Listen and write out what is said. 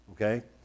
okay